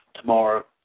tomorrow